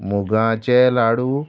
मुगाचे लाडू